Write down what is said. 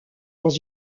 dans